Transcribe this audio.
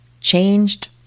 changed